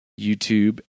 YouTube